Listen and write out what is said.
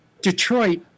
detroit